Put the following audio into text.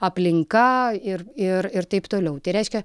aplinka ir ir ir taip toliau tai reiškia